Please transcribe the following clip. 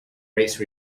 race